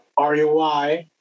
RUI